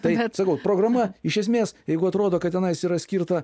tai sakau programa iš esmės jeigu atrodo kad tenais yra skirta